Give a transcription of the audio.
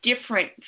different